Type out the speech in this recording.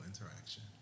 interaction